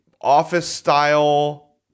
office-style